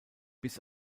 bis